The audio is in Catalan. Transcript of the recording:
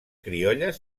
criolles